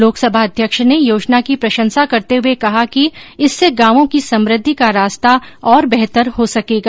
लोकसभा अध्यक्ष ने योजना की प्रशंसा करते हुये कहा कि इससे गांवों की समुद्धि का रास्ता और बेहतर हो सकेगा